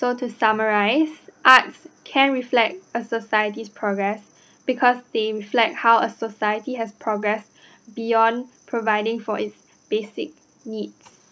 so to summarise arts can reflect a society's progress because they reflect how a society have progress beyond providing for its basic needs